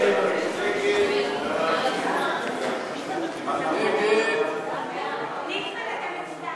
ההצעה להסיר מסדר-היום את הצעת חוק הממשלה